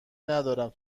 ندارم